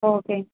ஓகேங்க